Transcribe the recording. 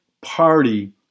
Party